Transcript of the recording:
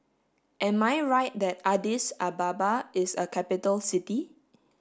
am I right that Addis Ababa is a capital city